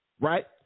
right